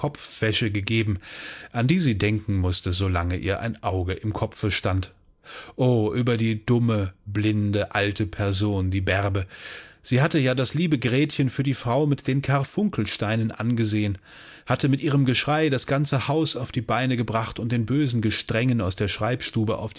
kopfwäsche gegeben an die sie denken mußte solange ihr ein auge im kopfe stand o über die dumme blinde alte person die bärbe sie hatte ja das liebe gretchen für die frau mit den karfunkelsteinen angesehen hatte mit ihrem geschrei das ganze haus auf die beine gebracht und den bösen gestrengen aus der schreibstube